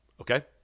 Okay